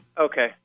okay